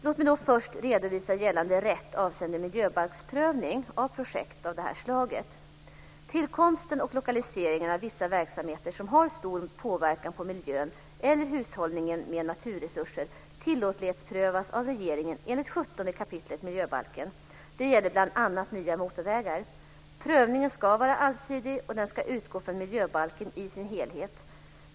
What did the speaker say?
Låt mig först redovisa gällande rätt avseende miljöbalksprövning av projekt av detta slag. Tillkomsten och lokaliseringen av vissa verksamheter som har stor påverkan på miljön eller hushållningen med naturresurser tillåtlighetsprövas av regeringen enligt 17 kap. miljöbalken. Det gäller bl.a. nya motorvägar. Prövningen ska vara allsidig, och den ska utgå från miljöbalken i dess helhet.